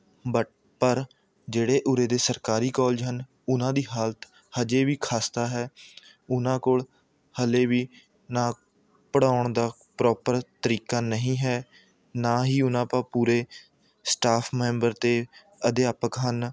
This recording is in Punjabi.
ਬੱਟ ਪਰ ਜਿਹੜੇ ਉਰੇ ਦੇ ਸਰਕਾਰੀ ਕਾਲਜ ਹਨ ਉਹਨਾਂ ਦੀ ਹਾਲਤ ਅਜੇ ਵੀ ਖ਼ਸਤਾ ਹੈ ਉਹਨਾਂ ਕੋਲ ਹਾਲੇ ਵੀ ਨਾ ਪੜ੍ਹਾਉਣ ਦਾ ਪ੍ਰੋਪਰ ਤਰੀਕਾ ਨਹੀਂ ਹੈ ਨਾ ਹੀ ਉਹਨਾਂ ਪਾ ਪੂਰੇ ਸਟਾਫ਼ ਮੈਂਬਰ ਅਤੇ ਅਧਿਆਪਕ ਹਨ